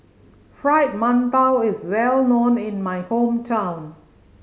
Fried Mantou is well known in my hometown